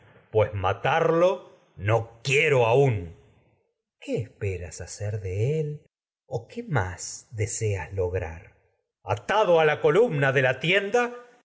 pues matarlo quiero aiin minerva qué esperas hacer de él o qué más de seas lograr ayax atado a la columna de la tienda